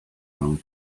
long